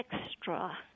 extra